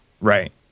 right